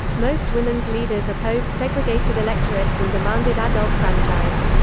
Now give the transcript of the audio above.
most women's leaders opposed segregated electorates and demanded adult franchise.